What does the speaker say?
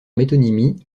métonymie